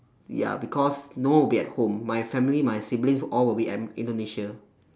ya because no one will be at home my family my siblings all will be at indonesia